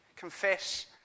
Confess